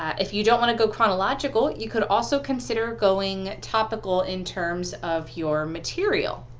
if you don't want to go chronological, you could also consider going topical in terms of your material,